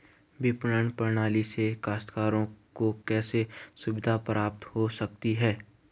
विपणन प्रणाली से काश्तकारों को कैसे सुविधा प्राप्त हो सकती है?